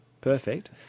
perfect